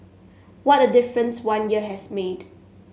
what a difference one year has made